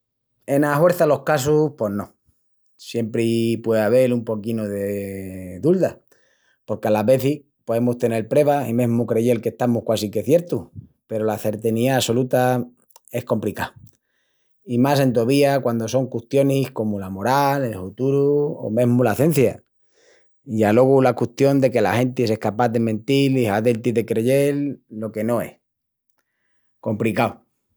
Ena huerça los casus pos no. Siempri puei avel un poquinu de dulda. Porque alas vezis, poemus tenel prevas i mesmu creyel qu'estamus quasi que ciertus, peru la certeniá assoluta es compricá. I más entovía quandu son custionis comu la moral, el huturu o mesmu la cencia. I alogu la custión de que la genti es escapás de mentil i hazel-ti de creyel lo que no es. Compricau!